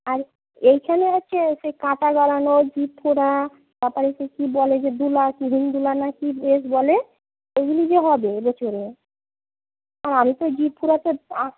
আর এইখানে হচ্ছে ওই সেই কাঁটা গাড়ানো জিভ ফোঁড়া তারপরে সেই কী বলে যে দুলা দুলা না কী বেশ বলে ওগুলো যে হবে এবছরে আর আমি তো জিভ ফোঁড়াতে